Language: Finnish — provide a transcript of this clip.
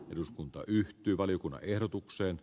eduskunta yhtyi valiokunnan ehdotukseen